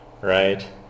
right